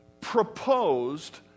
proposed